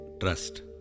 trust